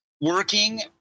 working